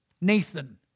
Nathan